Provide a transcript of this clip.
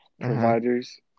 providers